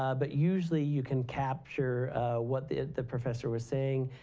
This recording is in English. ah but usually you can capture what the the professor was saying.